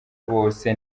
bose